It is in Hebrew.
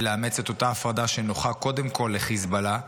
ולאמץ את אותה הפרדה שנוחה קודם כול לחיזבאללה,